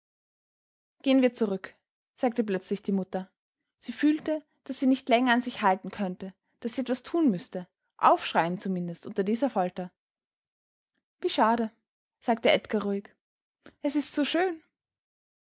gehen wir zurück sagte plötzlich die mutter sie fühlte daß sie nicht länger an sich halten könnte daß sie etwas tun müßte aufschreien zumindest unter dieser folter wie schade sagte edgar ruhig es ist so schön